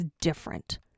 different